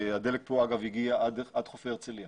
הדלק פה אגב הגיע עד חופי הרצליה.